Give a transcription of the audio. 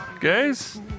guys